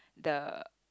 the